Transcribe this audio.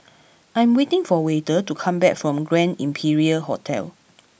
I am waiting for Wayde to come back from Grand Imperial Hotel